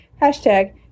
Hashtag